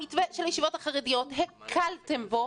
המתווה של הישיבות החרדיות הקלתם בו